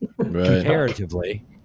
comparatively